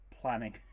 planning